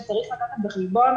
שצריך לקחת בחשבון,